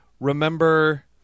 remember